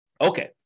Okay